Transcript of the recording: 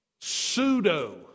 pseudo-